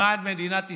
למען מדינת ישראל,